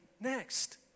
next